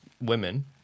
women